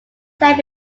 said